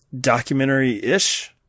documentary-ish